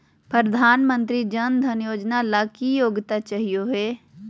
प्रधानमंत्री जन धन योजना ला की योग्यता चाहियो हे?